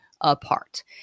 apart